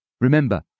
remember